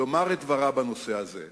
לומר את דברה בנושא הזה.